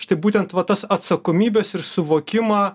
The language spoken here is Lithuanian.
štai būtent va tas atsakomybes ir suvokimą